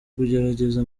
kugerageza